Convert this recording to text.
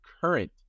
current